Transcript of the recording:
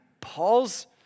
Paul's